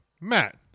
matt